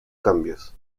cambios